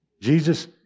Jesus